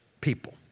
people